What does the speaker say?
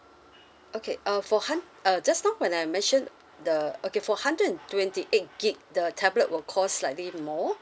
okay uh for hund~ uh just now when I mentioned the okay for hundred and twenty eight gigabyte the tablet will cost slightly more